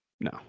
No